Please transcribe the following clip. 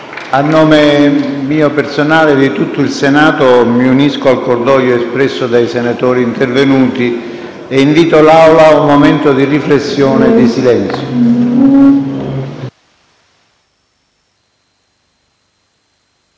A nome mio personale e di tutto il Senato mi unisco al cordoglio dei senatori intervenuti e invito l'Assemblea a osservare un momento di riflessione e di silenzio.